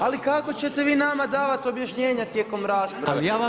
Ali kako ćete vi nama davati objašnjenja tijekom rasprave?